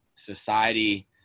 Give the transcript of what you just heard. society